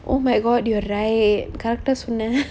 oh my god you're right